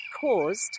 caused